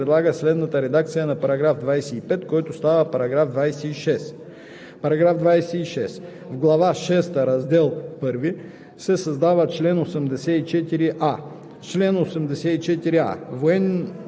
По § 25 има предложение на народния представител Константин Попов. Комисията подкрепя предложението. Комисията подкрепя по принцип текста на вносителя и предлага следната редакция на § 25, който става § 26: „§ 26.